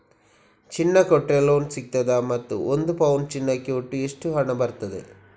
ಚಿನ್ನ ಕೊಟ್ರೆ ಲೋನ್ ಸಿಗ್ತದಾ ಮತ್ತು ಒಂದು ಪೌನು ಚಿನ್ನಕ್ಕೆ ಒಟ್ಟು ಎಷ್ಟು ಹಣ ಬರ್ತದೆ?